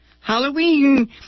Halloween